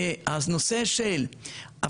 אז נושא הפסקת